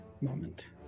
moment